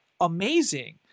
amazing